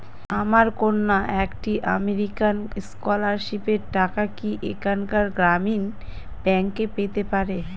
আমার কন্যা একটি আমেরিকান স্কলারশিপের টাকা কি এখানকার গ্রামীণ ব্যাংকে পেতে পারে?